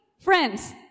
friends